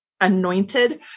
anointed